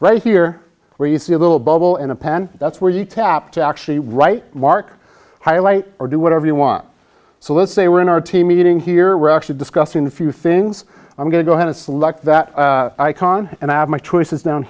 right here where you see a little bubble in a pan that's where you tap to actually write mark highlight or do whatever you want so let's say we're in our team meeting here we're actually discussing a few things i'm going to go ahead to select that icon and i have my choices down